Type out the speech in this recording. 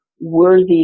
worthy